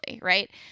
right